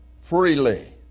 freely